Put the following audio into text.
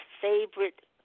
favorite